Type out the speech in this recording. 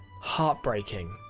heartbreaking